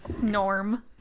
Norm